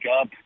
up